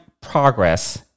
progress